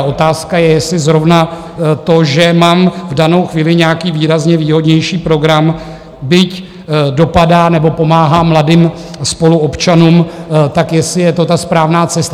Otázka je, jestli zrovna to, že mám v danou chvíli nějaký výrazně výhodnější program, byť dopadá nebo pomáhá mladým spoluobčanům, jestli je to ta správná cesta.